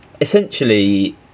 Essentially